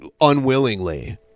unwillingly